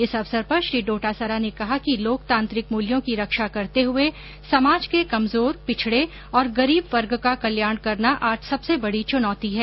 इस अवसवर पर श्री डोटासरा ने कहा कि लोकतांत्रिक मूल्यों की रक्षा करते हुए समाज के कमजोर पिछड़े और गरीब वर्ग का कल्याण करना आज सबसे बड़ी चुनौती है